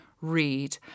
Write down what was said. read